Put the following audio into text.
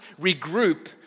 regroup